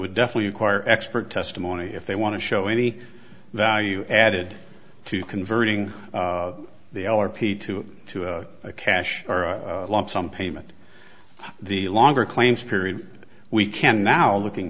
would definitely acquire expert testimony if they want to show any value added to converting the l or p to a cash or a lump sum payment the longer claims period we can now looking